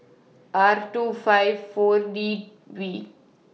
R two five four D V